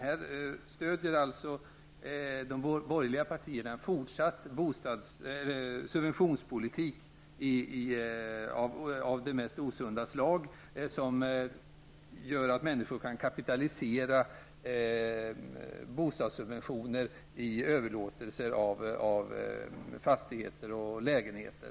Här stöder de borgerliga partierna en fortsatt subventionspolitik av det mest osunda slag, som gör att människor kan kapitalisera bostadssubventioner i överlåtelser av fastigheter eller lägenheter.